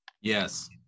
yes